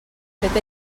fet